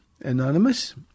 anonymous